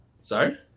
Sorry